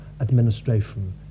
administration